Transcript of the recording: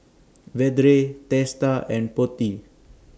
Vedre Teesta and Potti